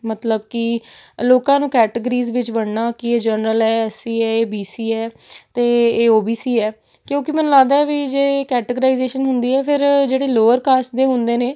ਮਤਲਬ ਕਿ ਲੋਕਾਂ ਨੂੰ ਕੈਟਗਰੀਜ਼ ਵਿੱਚ ਵੰਡਣਾ ਕਿ ਇਹ ਜਨਰਲ ਹੈ ਐਸ ਈ ਇਹ ਬੀ ਸੀ ਹੈ ਅਤੇ ਇਹ ਓ ਬੀ ਸੀ ਹੈ ਕਿਉਂਕਿ ਮੈਨੂੰ ਲੱਗਦਾ ਹੈ ਵੀ ਜੇ ਕੈਟਗਰਾਈਜੇਸ਼ਨ ਹੁੰਦੀ ਹੈ ਫਿਰ ਜਿਹੜੇ ਲੋਅਰ ਕਾਸਟ ਦੇ ਹੁੰਦੇ ਨੇ